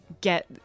get